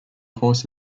horse